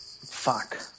Fuck